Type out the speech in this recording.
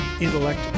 intellect